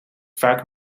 vaker